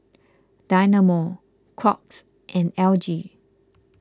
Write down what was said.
Dynamo Crocs and L G